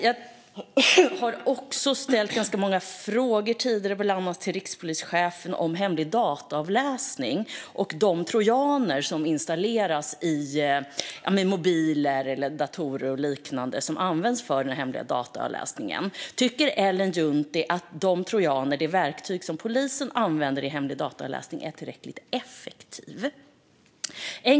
Jag har också ställt ganska många frågor tidigare till bland andra rikspolischefen om hemlig dataavläsning och de trojaner som installeras i mobiler, datorer och liknande som används för den hemliga dataavläsningen. Tycker Ellen Juntti att de trojanerna, de verktyg som polisen använder vid hemlig dataavläsning, är tillräckligt effektiva?